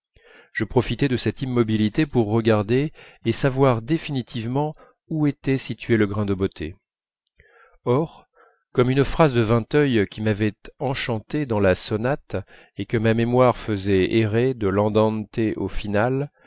je profitai de cette immobilité pour regarder et savoir définitivement où était situé le grain de beauté or comme une phrase de vinteuil qui m'avait enchanté dans la sonate et que ma mémoire faisait errer de l'andante au finale